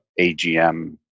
AGM